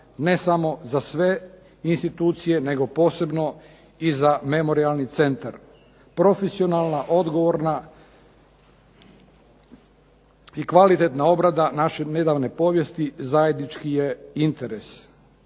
ne samo za sve institucije nego posebno i za Memorijalni centar. Profesionalna, odgovorna i kvalitetna obrada naše nedavne povijesti zajednički je interes.